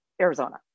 Arizona